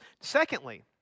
Secondly